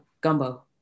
gumbo